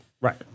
Right